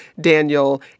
Daniel